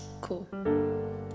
Cool